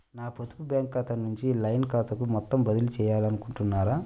నా పొదుపు బ్యాంకు ఖాతా నుంచి లైన్ ఖాతాకు మొత్తం బదిలీ చేయాలనుకుంటున్నారా?